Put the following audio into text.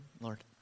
Lord